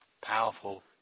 Powerful